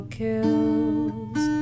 kills